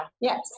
yes